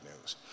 news